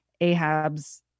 Ahab's